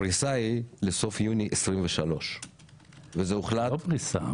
הפריסה היא לסוף יוני 23. זה לא פריסה,